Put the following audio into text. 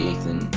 Ethan